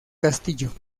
castillo